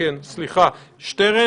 דיברנו בהתחלה על שימוש כללי,